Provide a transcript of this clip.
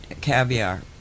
Caviar